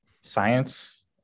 science